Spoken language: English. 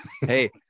Hey